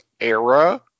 era